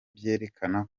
byerekana